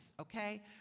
Okay